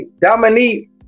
dominique